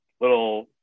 little